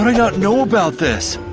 and not know about this!